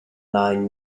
nine